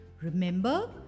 Remember